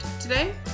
today